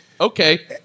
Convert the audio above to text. Okay